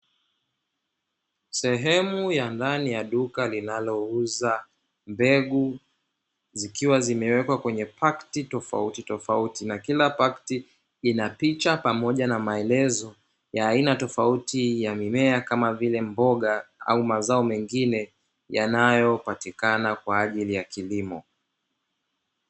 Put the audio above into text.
Sehemu ya ndani y duka linalouza mbegu zikiwa zimewekwa kwenye pakiti tofautitofauti, na kila pakiti ina picha pamoja maelezo ya aina tofauti ya mimea kama vile mboga au mazao mengine yanayopatikana kwa ajili ya kilimo.